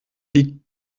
die